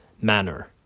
manner